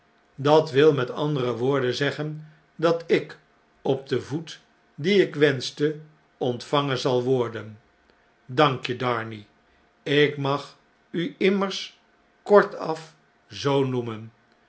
dat wil met andere woorden zeggen dat ik op den voet dien ik wenschte ontvangen zal worden dank je d'arnay ik mag u immers kortaf zoo noemen